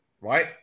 right